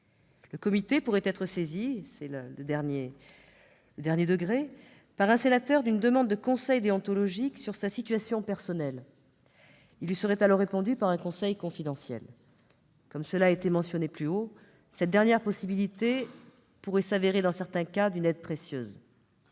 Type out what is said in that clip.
le comité pourrait être saisi par un sénateur d'une demande de conseil déontologique sur sa situation personnelle. Il lui serait alors répondu par un conseil confidentiel. Comme cela a été mentionné plus haut, cette dernière possibilité pourrait s'avérer être, dans certains cas, d'une aide précieuse.